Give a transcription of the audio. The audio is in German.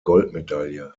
goldmedaille